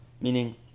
Meaning